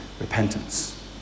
repentance